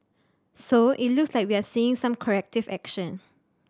so it looks like we are seeing some corrective action